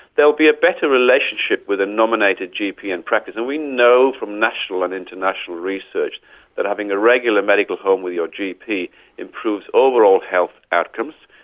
be a better relationship with a nominated gp and practice. and we know from national and international research that having a regular medical home with your gp improves overall health outcomes,